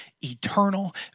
eternal